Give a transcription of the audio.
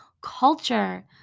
culture